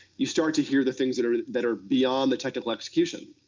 you start to hear the things that are that are beyond the technical execution.